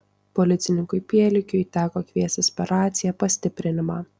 policininkui pielikiui teko kviestis per raciją pastiprinimą